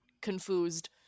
confused